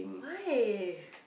why